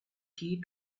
key